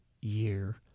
year